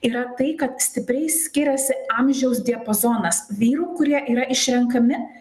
yra tai kad stipriai skiriasi amžiaus diapozonas vyrų kurie yra išrenkami